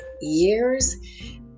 years